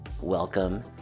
Welcome